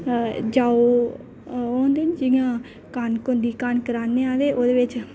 जां ओह् केह आखदे उसी कनक होंदी नी जि'यां कनक रांह्दे आं ते ओह्दे बिच